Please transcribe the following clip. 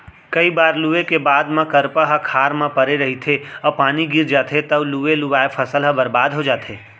कइ बार लूए के बाद म करपा ह खार म परे रहिथे अउ पानी गिर जाथे तव लुवे लुवाए फसल ह बरबाद हो जाथे